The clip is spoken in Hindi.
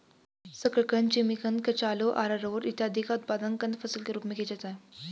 शकरकंद, जिमीकंद, कचालू, आरारोट इत्यादि का उत्पादन कंद फसल के रूप में किया जाता है